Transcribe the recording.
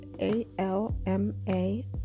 A-L-M-A